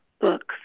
books